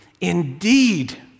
indeed